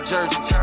Jersey